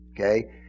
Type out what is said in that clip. okay